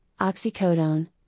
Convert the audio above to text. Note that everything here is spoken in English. oxycodone